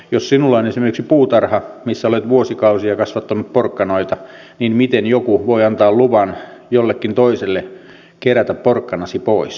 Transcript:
jos sinulla on esimerkiksi puutarha missä olet vuosikausia kasvattanut porkkanoita niin miten joku voi antaa luvan jollekin toiselle kerätä porkkanasi pois